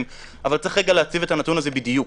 אבל צריך רגע להציב את הנתון הזה בדיוק,